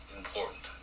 important